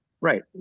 Right